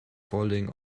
falling